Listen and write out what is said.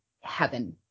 heaven